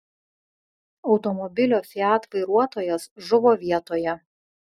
automobilio fiat vairuotojas žuvo vietoje